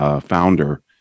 founder